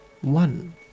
one